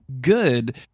good